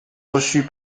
reçus